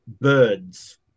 birds